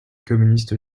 communiste